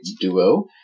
Duo